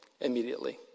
immediately